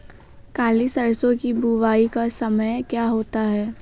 काली सरसो की बुवाई का समय क्या होता है?